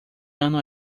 ano